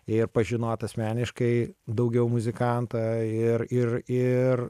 ir pažinot asmeniškai daugiau muzikantą ir ir ir